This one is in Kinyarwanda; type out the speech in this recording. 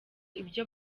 ibyo